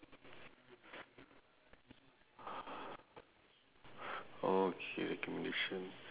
okay recommendation